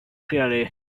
clearly